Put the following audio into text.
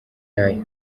yayo